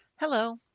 Hello